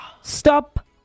Stop